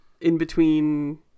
in-between